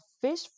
fish